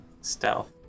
stealth